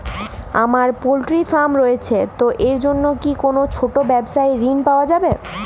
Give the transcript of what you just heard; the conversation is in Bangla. আমার পোল্ট্রি ফার্ম রয়েছে তো এর জন্য কি কোনো ছোটো ব্যাবসায়িক ঋণ পাওয়া যাবে?